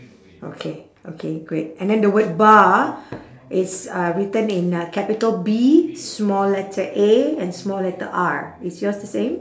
okay okay great and then the word bar is uh written in uh capital B small letter A and small letter R is yours the same